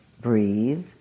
breathe